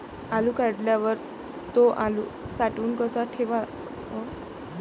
आलू काढल्यावर थो आलू साठवून कसा ठेवाव?